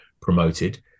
promoted